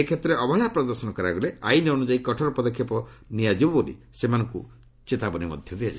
ଏକ୍ଷେତ୍ରରେ ଅବହେଳା ପ୍ରଦର୍ଶନ କରାଗଲେ ଆଇନ୍ ଅନ୍ଦଯାୟୀ କଠୋର ପଦକ୍ଷେପ ନିଆଯିବ ବୋଲି ସେମାନଙ୍କୁ ଚେତାବନୀ ଦିଆଯାଇଛି